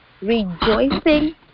rejoicing